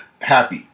happy